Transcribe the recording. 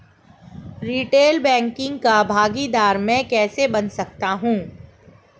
Retail banking का भागीदार मैं कैसे बन सकता हूँ?